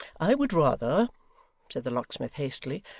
i would rather said the locksmith hastily,